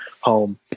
home